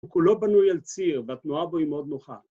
‫הוא כולו בנוי על ציר, ‫והתנועה בו היא מאוד נוחה.